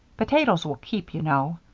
potatoes will keep, you know.